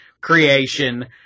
creation